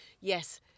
Yes